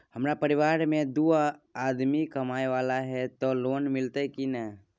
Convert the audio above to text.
हमरा परिवार में दू आदमी कमाए वाला हे ते लोन मिलते की ने?